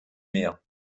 mehr